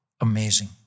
amazing